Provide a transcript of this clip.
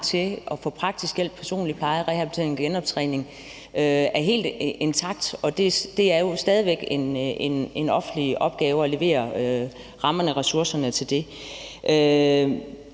til at få praktisk hjælp, personlig pleje, rehabilitering, og genoptræning er helt intakt. Og det er jo stadig væk en offentlig opgave at levere rammerne og ressourcerne til det.